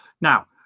Now